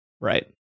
right